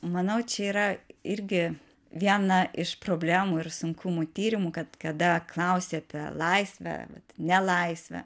manau čia yra irgi viena iš problemų ir sunkumų tyrimų kad kada klausi apie laisvę vat nelaisvę